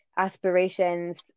aspirations